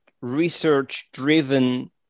research-driven